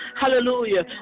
Hallelujah